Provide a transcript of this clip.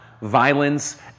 Violence